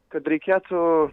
kad reikėtų